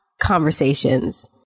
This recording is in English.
conversations